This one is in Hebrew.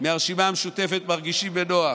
מהרשימה המשותפת מרגישים בנוח,